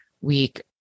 week